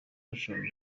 bashakaga